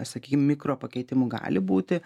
sakykim mikro pakeitimų gali būti